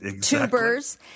tubers